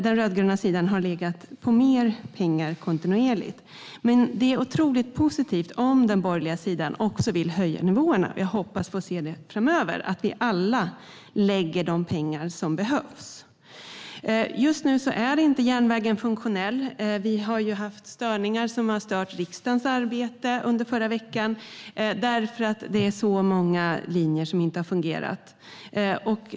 Den rödgröna sidan har kontinuerligt tillfört mer pengar. Men det är otroligt positivt om den borgerliga sidan också vill höja nivåerna. Jag hoppas få se framöver att vi alla tillför de pengar som behövs. Just nu är järnvägen inte funktionell. Vi har haft störningar, som har påverkat riksdagens arbete förra veckan, därför att det är så många linjer som inte har fungerat.